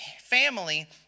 family